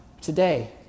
today